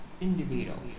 individuals